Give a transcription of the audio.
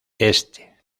este